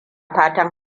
fatan